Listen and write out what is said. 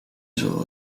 zullen